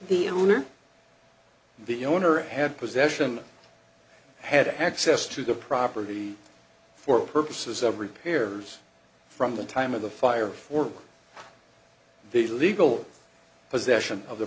the owner the owner had possession had access to the property for purposes of repairs from the time of the fire for the legal possession of the